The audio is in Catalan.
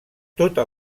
tota